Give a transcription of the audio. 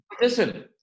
Listen